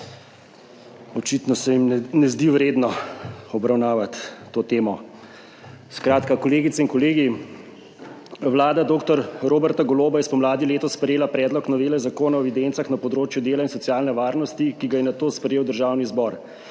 očitno se jim ne zdi vredno obravnavati te teme. Kolegice in kolegi! Vlada dr. Roberta Goloba je spomladi letos sprejela predlog novele Zakona o evidencah na področju dela in socialne varnosti, ki ga je nato sprejel Državni zbor.